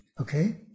okay